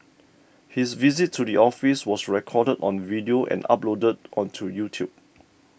his visit to the office was recorded on video and uploaded onto YouTube